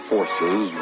Forces